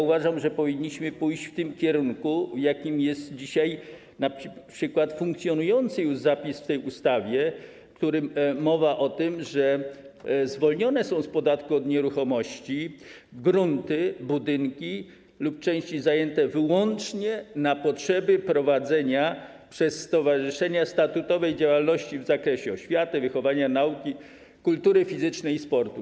Uważam, że powinniśmy pójść w tym kierunku, jaki np. wyznacza funkcjonujący już dzisiaj w tej ustawie zapis, w którym mowa o tym, że zwolnione są z podatku od nieruchomości grunty, budynki lub ich części zajęte wyłącznie na potrzeby prowadzenia przez stowarzyszenia statutowej działalności w zakresie oświaty, wychowania, nauki, kultury fizycznej i sportu.